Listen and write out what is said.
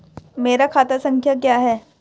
मेरा खाता संख्या क्या है?